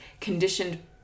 conditioned